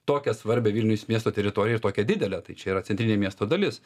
tokią svarbią vilniaus miesto teritoriją ir tokią didelę tai čia yra centrinė miesto dalis